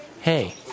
Hey